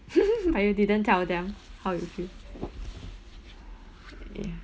but you didn't tell them how you feel ya